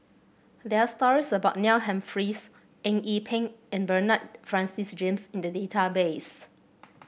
there's stories about Neil Humphreys Eng Yee Peng and Bernard Francis James in the database